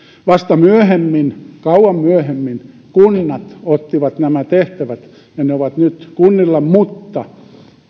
vasta myöhemmin kauan myöhemmin kunnat ottivat nämä tehtävät ja ne ovat nyt kunnilla mutta